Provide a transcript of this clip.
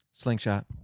Slingshot